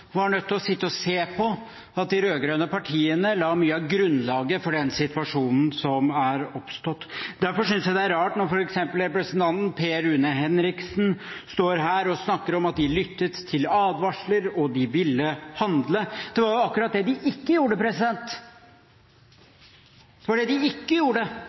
den situasjonen som er oppstått. Derfor synes jeg det er rart når f.eks. representanten Per Rune Henriksen står her og snakker om at de lyttet til advarsler, og de ville handle. Det var akkurat det de ikke gjorde. Det var det de ikke gjorde